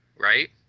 right